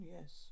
yes